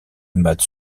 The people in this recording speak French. maths